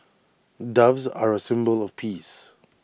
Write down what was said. doves are A symbol of peace